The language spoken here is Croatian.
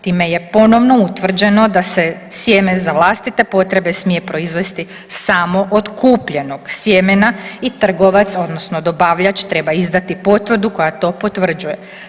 Time je ponovno utvrđeno da se sjeme za vlastite potrebe smije proizvesti samo od kupljenog sjemena i trgovac, odnosno dobavljač treba izdati potvrdu koja to potvrđuje.